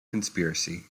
conspiracy